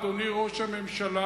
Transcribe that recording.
אדוני ראש הממשלה,